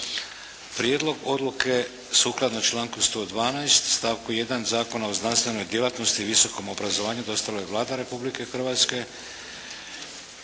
Prijedlog odluke sukladno članku 112. stavku 1. Zakona o znanstvenoj djelatnosti i visokom obrazovanju dostavila je Vlada Republike Hrvatske.